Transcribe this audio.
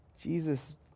Jesus